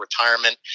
retirement